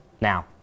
now